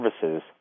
services